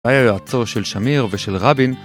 היה יועצו של שמיר ושל רבין